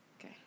Okay